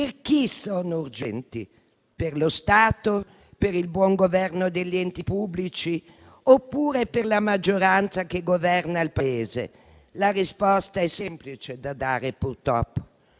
lo sono forse per lo Stato, per il buon governo degli enti pubblici oppure per la maggioranza che governa il Paese? La risposta è semplice da dare, purtroppo.